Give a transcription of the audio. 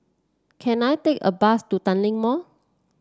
can I take a bus to Tanglin Mall